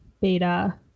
beta